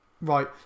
Right